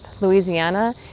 Louisiana